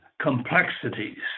complexities